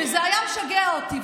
וזה היה משגע אותי.